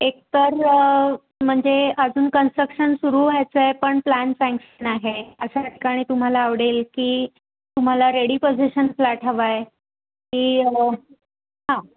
एक तर म्हणजे अजून कन्स्ट्रक्शन सुरू व्हायचं आहे पण प्लॅन सँक्शन आहे अशा ठिकाणी तुम्हाला आवडेल की तुम्हाला रेडी पजेशन फ्लॅट हवा आहे की हां